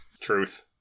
Truth